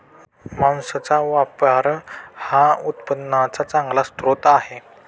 मांसाचा व्यापार हा उत्पन्नाचा चांगला स्रोत आहे